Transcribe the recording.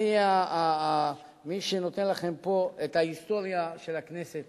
אני אהיה מי שנותן לכם פה את ההיסטוריה של הכנסת